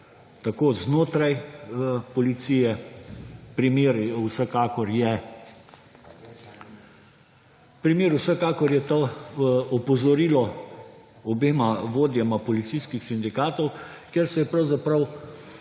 tako znotraj policije. Primer, vsekakor, je to opozorilo obema vodjema policijskih sindikatov, kjer se je pravzaprav